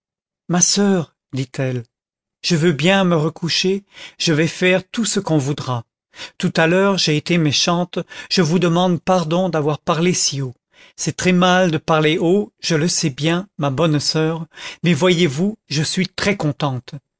ma soeur dit-elle je veux bien me recoucher je vais faire tout ce qu'on voudra tout à l'heure j'ai été méchante je vous demande pardon d'avoir parlé si haut c'est très mal de parler haut je le sais bien ma bonne soeur mais voyez-vous je suis très contente